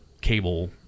cable